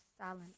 silent